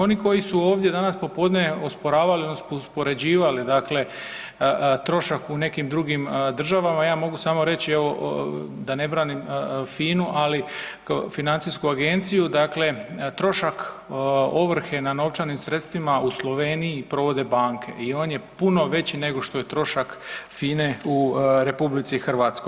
Oni koji su ovdje danas popodne osporavali odnosno uspoređivali dakle trošak u nekim drugim državama ja mogu samo reći evo da ne branim FINU, ali financijsku agenciju, dakle trošak ovrhe na novčanim sredstvima u Sloveniji provode banke i on je puno veći nego što je trošak FINE u RH.